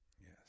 Yes